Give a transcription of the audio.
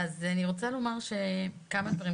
אני רוצה לומר כמה דברים.